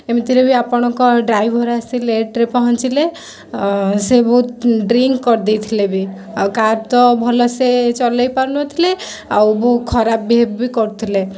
ଏମିତିରେ ବି ଆପଣଙ୍କ ଡ୍ରାଇଭର ଆସି ଲେଟ୍ରେ ପହଞ୍ଚିଲେ ସେ ବହୁତ ଡ୍ରିଙ୍କ୍ କରିଦେଇଥିଲେ ବି ଆଉ କାର୍ ତ ଭଲସେ ଚଲେଇପାରୁନଥିଲେ ଆଉ ବହୁ ଖରାପ ବିହେବ୍ ବି କରୁଥିଲେ